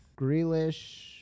Grealish